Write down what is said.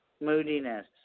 Moodiness